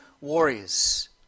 warriors